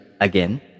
again